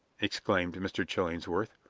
exclaimed mr. chillingsworth.